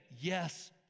yes